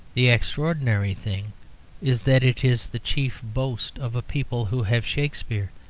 the extraordinary thing is, that it is the chief boast of a people who have shakespeare,